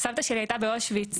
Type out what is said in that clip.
סבתא שלי הייתה באושוויץ,